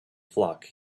flock